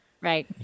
Right